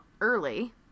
early